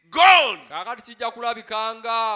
gone